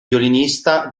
violinista